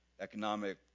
economic